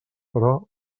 però